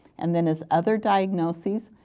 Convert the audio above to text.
and then as other diagnosis,